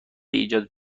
ایجاد